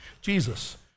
Jesus